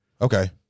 Okay